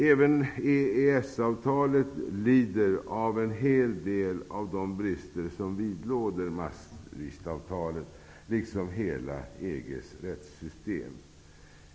Även EES avtalet lider av de brister som vidlåder Maastrichtavtalet liksom hela EGs rättssystem.''